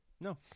No